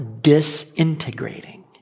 disintegrating